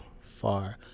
far